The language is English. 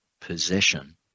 possession